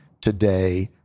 today